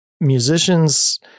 musicians